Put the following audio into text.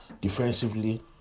defensively